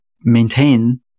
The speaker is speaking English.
maintain